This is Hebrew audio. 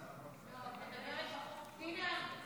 פנינה,